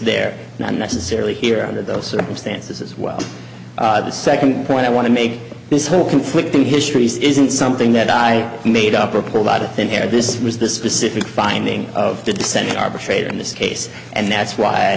there not necessarily here on that those circumstances as well the second point i want to make this whole conflicting histories isn't something that i made up or pulled out of thin air this was the specific finding of the dissenting arbitrator in this case and that's why i